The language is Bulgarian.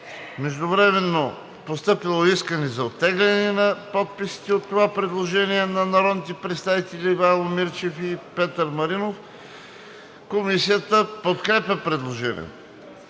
Междувременно е постъпило искане за оттегляне на подписите от това предложение на народните представители Ивайло Мирчев и Петър Маринов. Комисията подкрепя предложението.